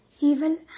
evil